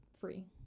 free